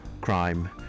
crime